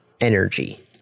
energy